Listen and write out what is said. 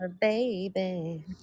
baby